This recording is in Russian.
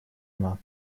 она